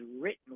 written